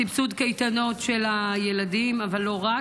סבסוד קייטנות של הילדים, אבל לא רק.